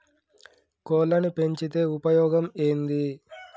కోళ్లని పెంచితే ఉపయోగం ఏంది?